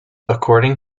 according